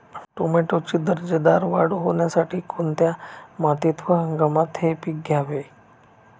टोमॅटोची दर्जेदार वाढ होण्यासाठी कोणत्या मातीत व हंगामात हे पीक घ्यावे?